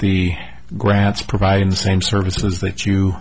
the grants providing the same services that you